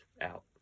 out